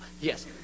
yes